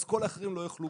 אז כל האחרים לא יוכלו.